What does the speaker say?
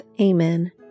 Amen